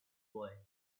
boy